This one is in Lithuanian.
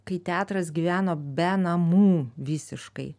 kai teatras gyveno be namų visiškai